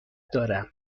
دارم